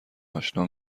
آشنا